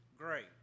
great